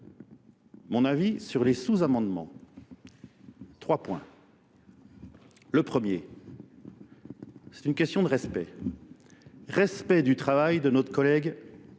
mon avis sur les sous-amendements. Trois points. Le premier. C'est une question de respect. Respect du travail de notre collègue